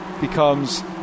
becomes